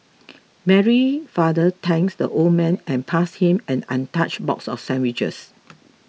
Mary father thanked the old man and passed him an untouched box of sandwiches